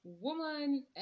woman